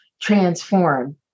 transform